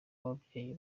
w’ababyeyi